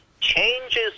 changes